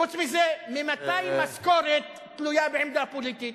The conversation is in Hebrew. חוץ מזה, ממתי משכורת תלויה בעמדה פוליטית?